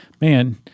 man